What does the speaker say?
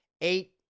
eight